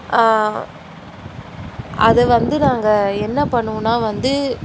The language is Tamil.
அதை வந்து நாங்கள் என்ன பண்ணுவோன்னால் வந்து